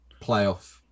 playoff